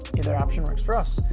either option works for us.